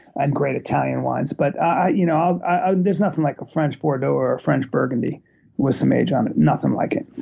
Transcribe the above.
and great italian wines, but ah you know ah there's nothing like a french bordeaux or a french burgundy with some age on it, nothing like it.